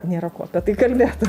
nėra ko apie tai kalbėt